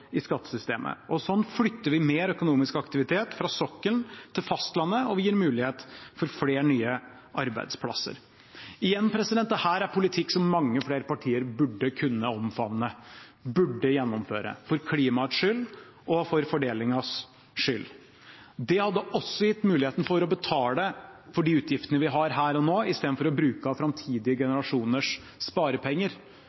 i skattesystemet. Sånn flytter vi mer økonomisk aktivitet fra sokkelen til fastlandet, og vi gir mulighet for flere nye arbeidsplasser. Igjen, dette er politikk som mange flere partier burde kunne omfavne, burde gjennomføre for klimaets skyld og for fordelingens skyld. Det hadde også gitt mulighet for å betale for de utgiftene vi har her og nå, istedenfor å bruke av framtidige generasjoners sparepenger.